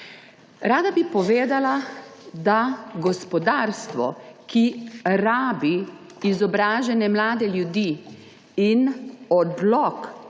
Rada bi povedala, da gospodarstvo rabi izobražene mlade ljudi in odlok